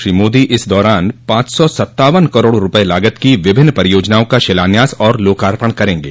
श्री मोदी इस दौरान पाँच सौ सत्तावन करोड़ रूपये लागत की विभिन्न परियोजनाओं का शिलान्यास और लोकार्पण करेंगे